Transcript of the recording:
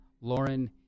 Lauren